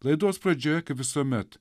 laidos pradžioje kaip visuomet